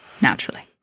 Naturally